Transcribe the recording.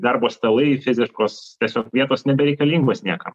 darbo stalai fiziškos tiesiog vietos nebereikalingos niekam